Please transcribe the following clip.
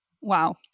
Wow